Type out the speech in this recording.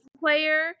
player